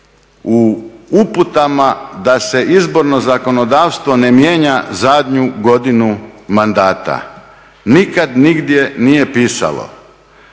u uputama da se izborno zakonodavstvo ne mijenja zadnju godinu mandata, nikad nije nigdje pisalo